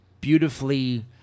beautifully